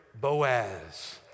Boaz